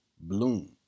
bloom